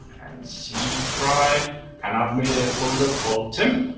and c drive and i've made a folder called temp.